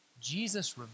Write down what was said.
Jesus